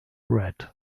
red